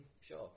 Sure